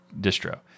distro